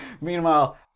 Meanwhile